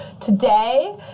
today